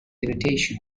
irritation